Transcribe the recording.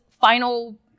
final